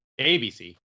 ABC